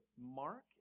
Mark